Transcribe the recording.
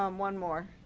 um one more.